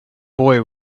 boy